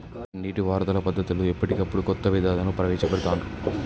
నీటి పారుదల పద్దతులలో ఎప్పటికప్పుడు కొత్త విధానాలను ప్రవేశ పెడుతాన్రు